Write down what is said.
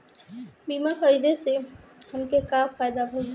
बीमा खरीदे से हमके का फायदा होई?